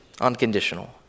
unconditional